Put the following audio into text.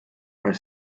are